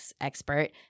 expert